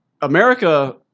America